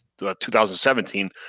2017